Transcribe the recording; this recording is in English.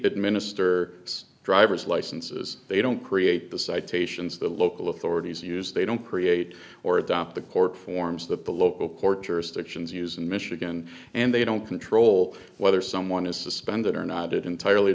administer drivers licenses they don't create the citations the local authorities use they don't create or adopt the court forms that the local court jurisdictions use in michigan and they don't control whether someone is suspended or not it entirely